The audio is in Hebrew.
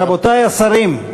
רבותי השרים,